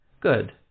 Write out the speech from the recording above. Good